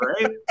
right